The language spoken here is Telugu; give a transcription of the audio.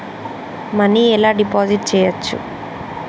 మనీ ఎలా డిపాజిట్ చేయచ్చు?